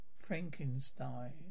Frankenstein